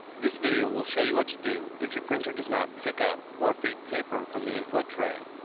this video will show you what to do if your printer does not pick up or feed paper from the input tray,